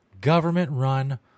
Government-run